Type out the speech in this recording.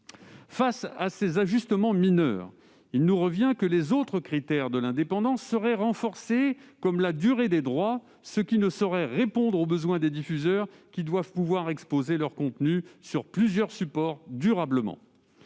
Face à ces ajustements mineurs, il nous revient que les autres critères de l'indépendance seraient renforcés, comme la durée des droits, ce qui ne saurait répondre aux besoins des diffuseurs qui doivent pouvoir exposer durablement leurs contenus sur plusieurs supports. Le rapport